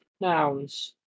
nouns